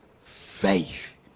faith